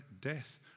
death